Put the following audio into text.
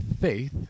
faith